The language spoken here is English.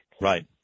Right